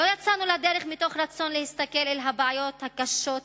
לא יצאנו לדרך מתוך רצון להסתכל אל הבעיות הקשות האלה,